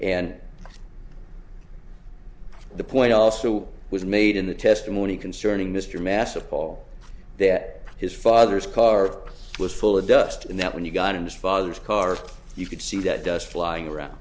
and the point also was made in the testimony concerning mr massive paul that his father's car was full of dust and that when you got in his father's car you could see that dust flying around